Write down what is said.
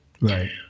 Right